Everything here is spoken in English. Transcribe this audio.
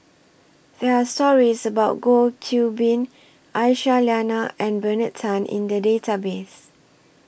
There Are stories about Goh Qiu Bin Aisyah Lyana and Bernard Tan in The Database